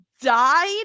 died